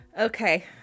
Okay